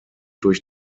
durch